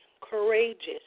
courageous